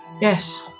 Yes